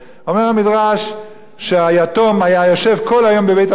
אומר המדרש שהיתום היה יושב כל היום בבית-המשפט,